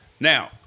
Now